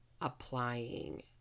applying